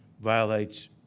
violates